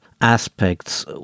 aspects